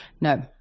No